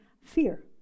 fear